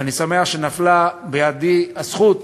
ואני שמח שנפלה בידי הזכות